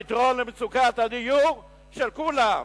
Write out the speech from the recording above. פתרון למצוקת הדיור של כולם,